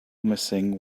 missing